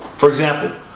for example,